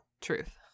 truth